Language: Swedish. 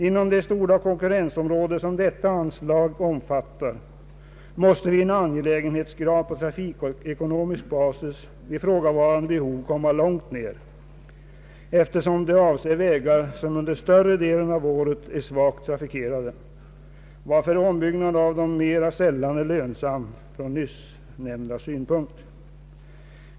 Inom det stora konkurrensområde som detta anslag omfattar måste vid en angelägenhetsgradering på trafikekonomisk basis ifrågavarande behov komma långt ner, eftersom de avser vägar som under större delen av året är svagt trafikerade, varför ombyggnad av dem mera sällan är lönsam från nyssnämnd synpunkt.